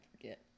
forget